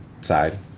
side